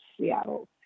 Seattle